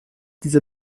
dieser